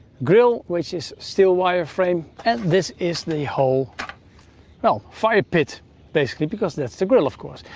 grill which is steel wire frame and this is the hole well fire pit basically because that's the grill of course.